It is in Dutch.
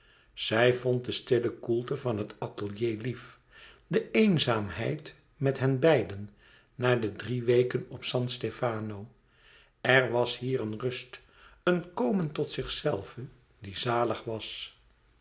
zij vond de stille koelte van het atelier lief de eenzaamheid met henbeiden na de drie weken op san stefano er was hier een rust een komen tot zichzelve die zalig was